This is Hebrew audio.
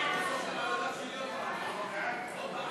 סעיף